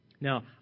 Now